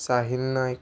Sahil Naik